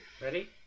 Ready